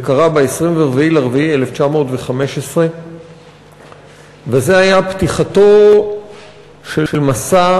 זה קרה ב-24 באפריל 1915. זה היה פתיחתו של מסע